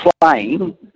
playing